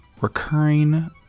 Recurring